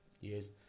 years